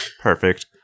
Perfect